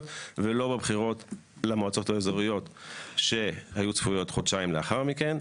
ולא בבחירות למועצות האזוריות שהיו צפויות חודשיים לאחר מכן.